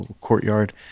courtyard